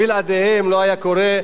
בלעדיהם לא היה קורה.